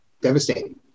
devastating